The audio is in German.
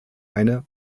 eine